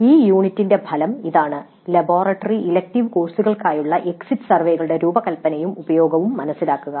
ഈ യൂണിറ്റിന്റെ ഫലം ഇതാണ് ലബോറട്ടറി ഇലക്ടീവ് കോഴ്സുകൾക്കായുള്ള എക്സിറ്റ് സർവേകളുടെ രൂപകൽപ്പനയും ഉപയോഗവും മനസ്സിലാക്കുക